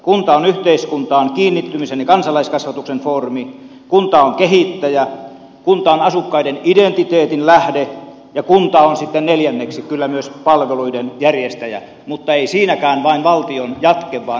kunta on yhteiskuntaan kiinnittymisen ja kansalaiskasvatuksen foorumi kunta on kehittäjä kunta on asukkaiden identiteetin lähde ja kunta on sitten neljänneksi kyllä myös palveluiden järjestäjä mutta ei siinäkään vain valtion jatke vaan itsenäinen toimija